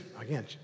again